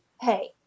hey